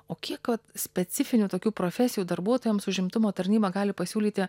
o kiek vat specifinių tokių profesijų darbuotojams užimtumo tarnyba gali pasiūlyti